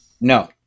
No